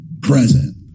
present